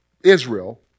Israel